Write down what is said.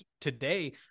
today